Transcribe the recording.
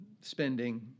spending